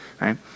right